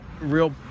real